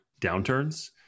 downturns